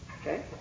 Okay